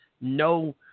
no